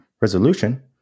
resolution